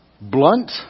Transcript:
blunt